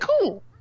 cool